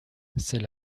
c’est